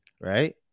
right